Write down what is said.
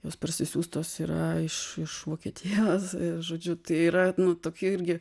jos parsisiųstos yra iš iš vokietijos žodžiu tai yra nu tokia irgi